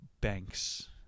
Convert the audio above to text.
banks